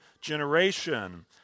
generation